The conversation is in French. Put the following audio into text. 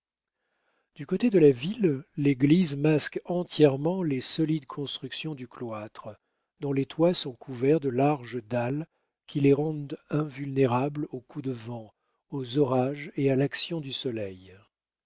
du côté de la ville l'église masque entièrement les solides constructions du cloître dont les toits sont couverts de larges dalles qui les rendent invulnérables aux coups de vent aux orages et à l'action du soleil